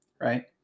right